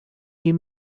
you